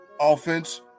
offense